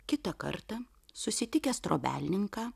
kitą kartą susitikęs trobelninką